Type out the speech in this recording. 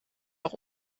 auch